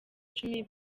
cumi